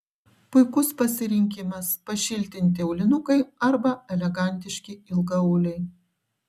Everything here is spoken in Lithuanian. puikus pasirinkimas pašiltinti aulinukai arba elegantiški ilgaauliai